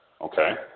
Okay